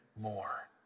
more